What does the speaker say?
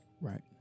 Right